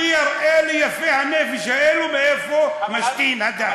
אני אראה ליפי הנפש האלו מאיפה משתין הדג.